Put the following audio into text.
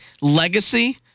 legacy